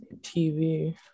TV